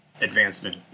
advancement